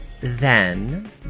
Then